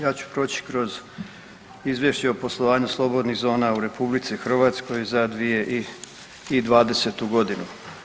Ja ću proći kroz Izvješće o poslovanju slobodnih zona u RH za 2020.g.